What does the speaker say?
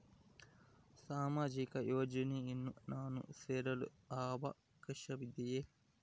ಸಾಮಾಜಿಕ ಯೋಜನೆಯನ್ನು ನಾನು ಸೇರಲು ಅವಕಾಶವಿದೆಯಾ?